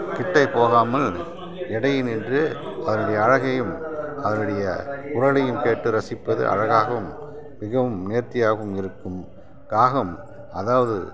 கிட்டே போகாமல் எட்டையே நின்று அதனுடைய அழகையும் அதனுடைய குரலையும் கேட்டு ரசிப்பது அழகாகவும் மிகவும் நேர்த்தியாகவும் இருக்கும் காகம் அதாவது